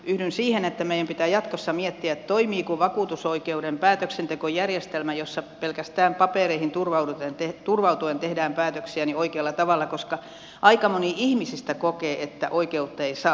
yhdyn siihen että meidän pitää jatkossa miettiä toimiiko vakuutusoikeuden päätöksentekojärjestelmä jossa pelkästään papereihin turvautuen tehdään päätöksiä oikealla tavalla koska aika moni ihmisistä kokee että oikeutta ei saa